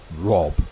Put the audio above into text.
rob